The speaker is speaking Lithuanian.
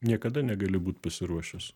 niekada negali būt pasiruošęs